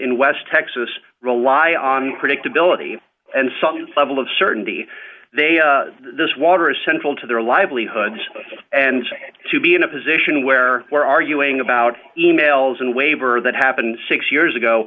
in west texas rely on predictability and some level of certainty they this water is central to their livelihoods and to be in a position where we're arguing about e mails and waiver that happened six years ago